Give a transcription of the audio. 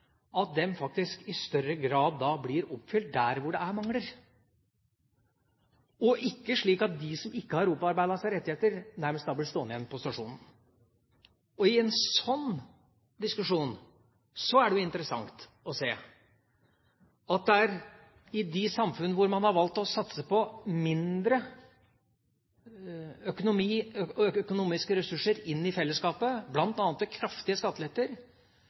i større grad blir oppfylt der det er mangler, og at det ikke blir slik at de som ikke har opparbeidet seg rettigheter, nærmest blir stående igjen på stasjonen. I en sånn diskusjon er det interessant å se at i de samfunn hvor man har valgt å satse på mindre økonomiske ressurser inn i fellesskapet, bl.a. ved kraftige skatteletter,